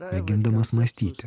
mėgindamas mąstyti